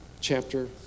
chapter